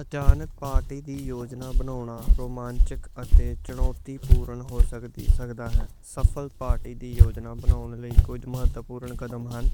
اچانک پارٹی دی یوجنا بناؤن رومانچک اتے چنوتی۔ پورن ہو سکتی ہے سکسیسفل پارٹی دی یوجنا بناؤن۔ لئے کچھ مہتوپورن قدم ہن